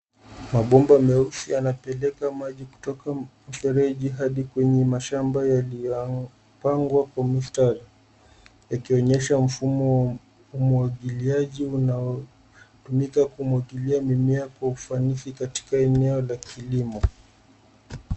Mabomba meusi yanapeleka maji kutoka mfereji hadi kwenye mashamba yaliyopangwa kwa mistari yakionyesha mfumo wa umwagiliaji unaotumika kumwagilia mimea kwa ufanisi katika eneo la kilimo.